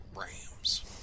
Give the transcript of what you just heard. rams